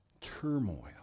Turmoil